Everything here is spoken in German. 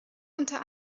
unter